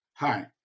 Hi